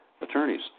attorneys